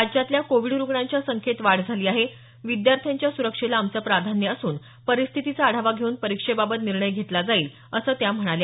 राज्यातल्या कोविड रुग्णांच्या संख्येत वाढ झाली आहे विद्यार्थ्यांच्या सुरक्षेला आमचं प्राधान्य असून परिस्थितीचा आढावा घेऊन परीक्षेबाबत निर्णय घेतला जाईल असं त्या म्हणाल्या